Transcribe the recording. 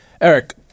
Eric